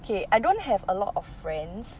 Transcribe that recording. okay I don't have a lot of friends